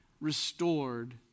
restored